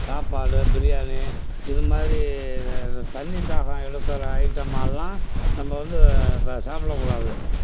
சாப்பாடு பிரியாணி இது மாதிரி தண்ணித் தாகம் எடுக்கிற ஐட்டமெல்லாம் நம்ம வந்து அப்போ சாப்பிடக்கூடாது